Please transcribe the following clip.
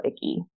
icky